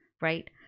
right